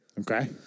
Okay